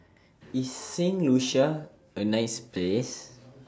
IS Saint Lucia A nice Place